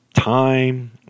Time